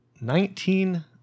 nineteen